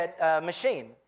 machine